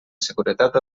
seguretat